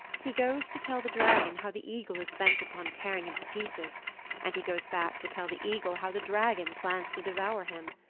he goes to tell the dragon how the eagle is bent upon tearing him to pieces and he goes back to tell the eagle how the dragon plans to devour him.